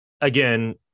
again